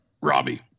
Robbie